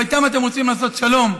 ואיתם אתם רוצים לעשות שלום?